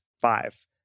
five